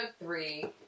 three